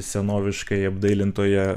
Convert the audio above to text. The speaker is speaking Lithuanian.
senoviškai apdailintoje